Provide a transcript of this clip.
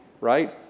right